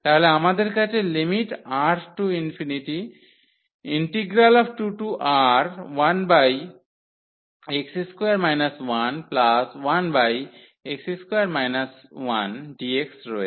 তাহলে আমাদের কাছে lim⁡R→∞ 2R1x2 11x2 1dx রয়েছে